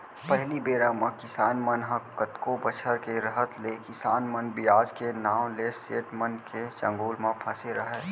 पहिली बेरा म किसान मन ह कतको बछर के रहत ले किसान मन बियाज के नांव ले सेठ मन के चंगुल म फँसे रहयँ